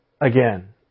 again